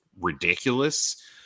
ridiculous